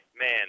man